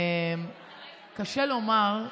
קשה לומר: